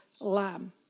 lamb